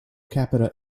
capita